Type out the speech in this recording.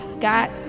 got